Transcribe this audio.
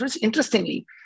Interestingly